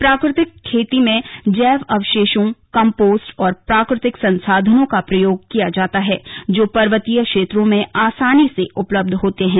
प्राकृतिक खेती में जैव अवशेषों कम्पोस्ट और प्राकृतिक संसाधनों का प्रयोग किया जाता है जो पर्वतीय क्षेत्र में आसानी से उपलब्ध होते हैं